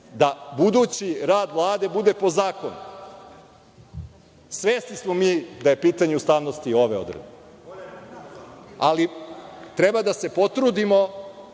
da budući rad Vlade bude po zakonu. Svesni smo mi da je pitanje ustavnosti ove odredbe, ali, treba da se potrudimo